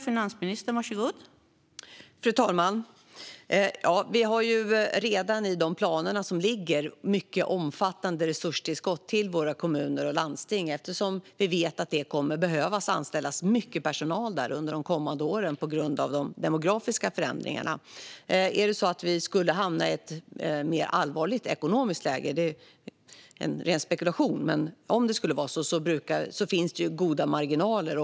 Fru talman! Vi har redan i de planer som finns mycket omfattande resurstillskott till våra kommuner och landsting, eftersom vi vet att det kommer att behöva anställas mycket personal där under de kommande åren på grund av de demografiska förändringarna. Om vi skulle hamna i ett mer allvarligt ekonomiskt läge - detta är ren spekulation - finns det goda marginaler.